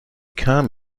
kam